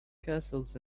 castles